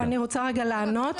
אני רוצה רגע לענות.